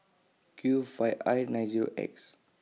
Q five I nine Zero X